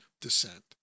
descent